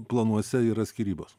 planuose yra skyrybos